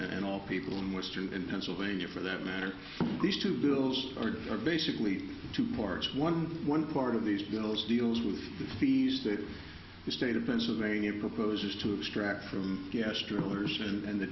and all people in western pennsylvania for that matter these two bills are basically two parts one one part of these bills deals with the fees that the state of pennsylvania proposes to extract from